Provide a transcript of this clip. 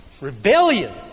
rebellion